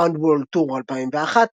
"Drowned World Tour 2001",